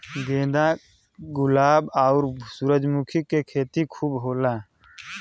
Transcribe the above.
गेंदा गुलाब आउर सूरजमुखी के खेती खूब होला